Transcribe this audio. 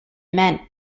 meant